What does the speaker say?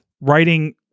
writing